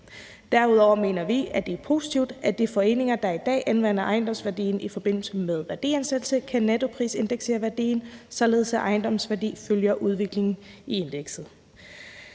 Derudover mener vi, at det er positivt, at de foreninger, der i dag anvender ejendomsværdien i forbindelse med værdiansættelse, kan nettoprisindeksere værdien, således at ejendommens værdi følger udviklingen i indekset.